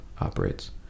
operates